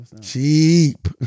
Cheap